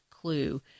clue